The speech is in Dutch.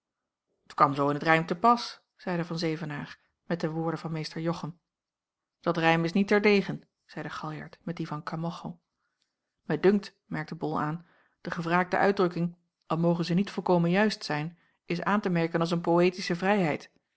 kwam zoo in t rijm te pas zeide van zevenaer met de woorden van meester jochem dat rijm is niet ter deegen zeide galjart met die van kamacho mij dunkt merkte bol aan de gewraakte uitdrukking al moge zij niet volkomen juist zijn is aan te merken als een poëtische vrijheid